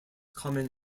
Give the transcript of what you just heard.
common